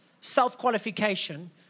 self-qualification